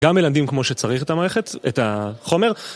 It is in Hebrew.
גם מלמדים כמו שצריך את המערכת, את החומר.